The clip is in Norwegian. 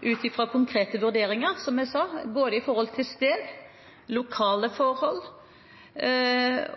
ut fra konkrete vurderinger, som jeg sa, både av sted, lokale forhold